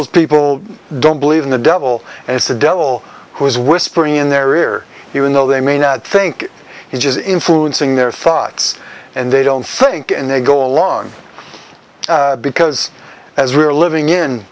most people don't believe in the devil and it's a double who is whispering in their ear even though they may not think it is influencing their thoughts and they don't think and they go along because as we're living in